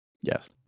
Yes